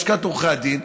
לשכת עורכי הדין,